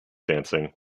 dancing